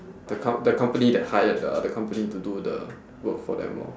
the com~ the company that hired the other company to do the work for them lor